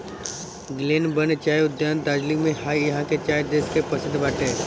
Glenburn चाय उद्यान दार्जलिंग में हअ इहा के चाय देश के परशिद्ध बाटे